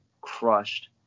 crushed